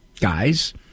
guys